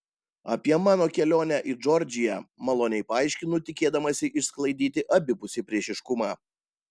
apie mano kelionę į džordžiją maloniai paaiškinu tikėdamasi išsklaidyti abipusį priešiškumą